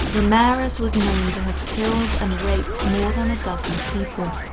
ramirez was known to have killed and raped more than a dozen people,